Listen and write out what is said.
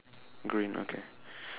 green okay